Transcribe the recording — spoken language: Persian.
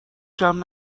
جمع